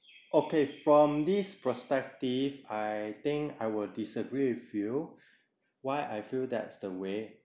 okay from this perspective I think I will disagree with you why I feel that's the way